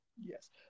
Yes